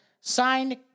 Signed